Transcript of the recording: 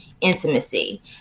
intimacy